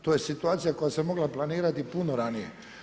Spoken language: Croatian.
To je situacija koja se mogla planirati puno ranije.